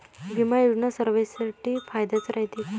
बिमा योजना सर्वाईसाठी फायद्याचं रायते का?